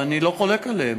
ואני לא חולק עליהן.